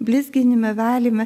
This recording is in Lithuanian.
blizginimą valymą